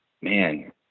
man